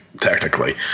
technically